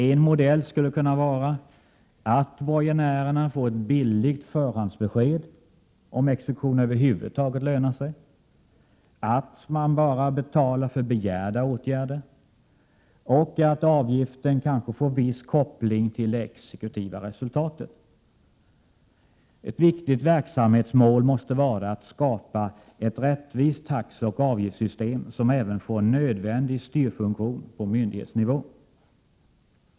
En modell skulle kunna vara att borgenärerna kan få ett billigt förhandsbesked om huruvida exekution över huvud taget lönar sig, att man bara betalar för begärda åtgärder och att avgiften kanske får viss koppling till det exekutiva resultatet. Ett viktigt verksamhetsmål måste vara att skapa ett rättvist taxeoch avgiftssystem som även får en nödvändig styrfunktion på myndighetsnivå.